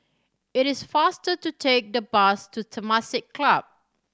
it is faster to take the bus to Temasek Club